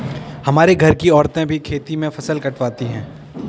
हमारे घर की औरतें भी खेतों में फसल कटवाती हैं